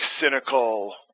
cynical